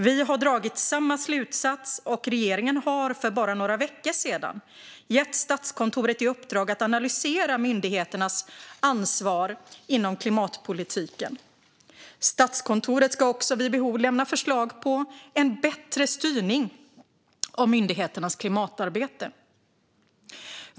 Vi har dragit samma slutsats, och regeringen har för bara några veckor sedan gett Statskontoret i uppdrag att analysera myndigheternas ansvar inom klimatpolitiken. Statskontoret ska också vid behov lämna förslag på en bättre styrning av myndigheternas klimatarbete.